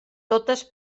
totes